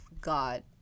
God